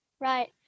right